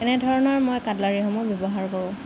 এনেধৰণৰ মই কাট্লেৰিসমূহ ব্যৱহাৰ কৰোঁ